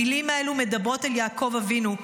המילים האלו מדברות על יעקב אבינו,